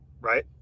right